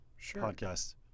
podcast